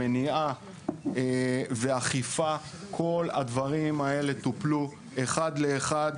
מניעה ואכיפה כל הדברים האלה טופלו אחד לאחד.